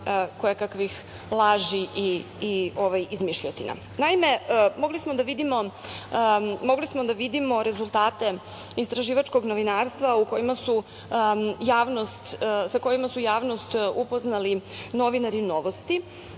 kojekakvih laži i izmišljotina. Naime, mogli smo da vidimo rezultate istraživačkog novinarstva sa kojima su javnost upoznali novinari „Novosti“